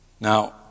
Now